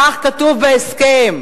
כך כתוב בהסכם.